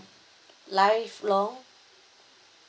lifelong